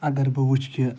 اَگر بہٕ وُچھہِ کہِ